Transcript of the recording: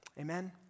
amen